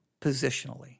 positionally